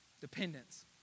Dependence